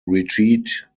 retreat